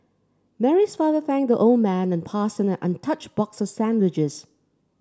Mary's father thanked the old man and passed him an untouched box of sandwiches